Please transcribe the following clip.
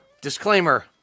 disclaimer